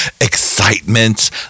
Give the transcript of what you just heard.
excitement